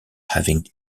having